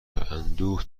اندوه